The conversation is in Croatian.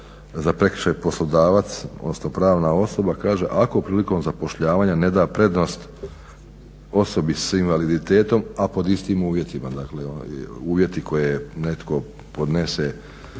za prekršaj poslodavac, odnosno pravna osoba, kaže ako prilikom zapošljavanja neda prednost osobi s invaliditetom, a pod istim uvjetima, dakle uvjeti koje netko podnese